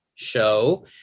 Show